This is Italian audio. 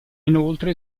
inoltre